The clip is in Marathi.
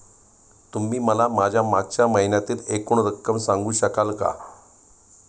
तुम्ही मला माझ्या मागच्या महिन्यातील एकूण रक्कम सांगू शकाल का?